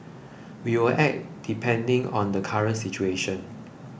we will act depending on the current situation